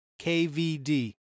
KVD